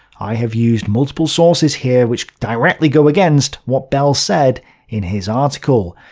i have used multiple sources here which directly go against what bel said in his article.